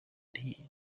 need